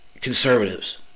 conservatives